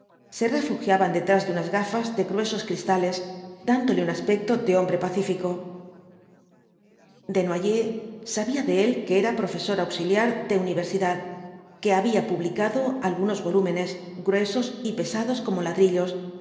se refugiaban detrás de unas gafas de gruesos cristales dándole un aspecto de hombre pacífico desnoyers sabía de él que era profesor auxiliar de universidad que había publicado algunos volúmenes gruesos y pesados como ladrillos